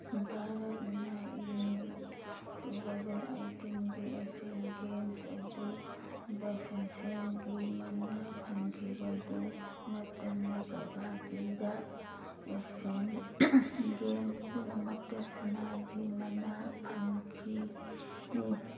ꯚꯥꯔꯠꯅ ꯏꯪ two thousand ꯑꯩꯇꯤꯟꯒꯤ ꯑꯦꯁꯤꯌꯟ ꯒꯦꯝꯁ ꯑꯗꯨꯗ ꯁꯦꯟꯖꯦꯡꯒꯤ ꯃꯅꯥ ꯐꯪꯈꯤꯕꯗꯨ ꯅꯠꯇꯅ ꯀꯕꯥꯗꯤꯗ ꯑꯦꯁꯤꯌꯟ ꯒꯦꯝꯁ ꯄꯨꯝꯅꯃꯛꯇ ꯁꯅꯥꯒꯤ ꯃꯅꯥ ꯐꯪꯈꯤꯅꯤ